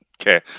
Okay